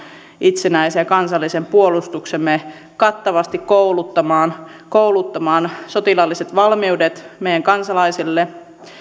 itsenäisen ja kansallisen puolustuksemme kattavasti kouluttamaan kouluttamaan sotilaalliset valmiudet meidän kansalaisille